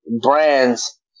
Brands